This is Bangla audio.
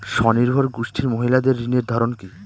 স্বনির্ভর গোষ্ঠীর মহিলাদের ঋণের ধরন কি?